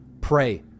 Pray